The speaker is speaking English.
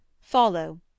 follow